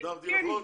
הגדרתי נכון?